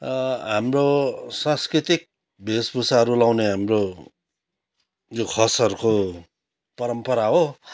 हाम्रो सांस्कृतिक वेशभूषाहरू लाउने हाम्रो जो खसहरूको परम्परा हो